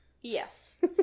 yes